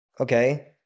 Okay